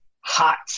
hot